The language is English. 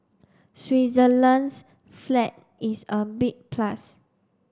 Switzerland's flag is a big plus